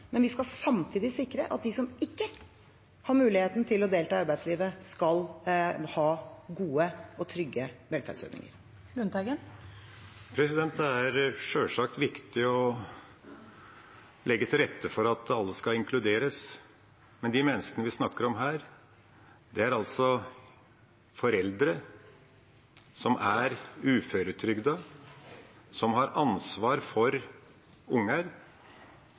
Men vi skal samtidig sikre at de som ikke har muligheten til å delta i arbeidslivet, skal ha gode og trygge velferdsordninger. Per Olaf Lundteigen – til oppfølgingsspørsmål. Det er sjølsagt viktig å legge til rette for at alle skal inkluderes. De menneskene vi snakker om her, er altså foreldre som er uføretrygdede, som har ansvar for